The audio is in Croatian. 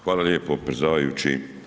Hvala lijepo predsjedavajući.